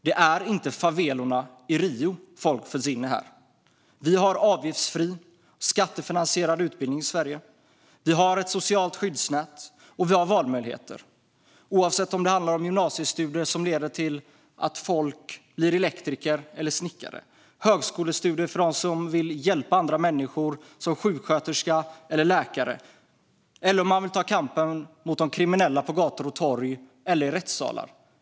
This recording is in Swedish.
Det är inte favelorna i Rio som folk föds in i här. Vi har avgiftsfri och skattefinansierad utbildning i Sverige. Vi har ett socialt skyddsnät. Och vi har valmöjligheter, oavsett om det handlar om gymnasiestudier som leder till att man blir elektriker eller snickare eller högskolestudier för dem som vill hjälpa andra människor, som sjuksköterska eller läkare, eller dem som vill ta upp kampen mot kriminella på gator och torg eller i rättssalar.